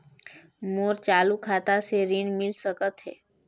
मोर चालू खाता से ऋण मिल सकथे?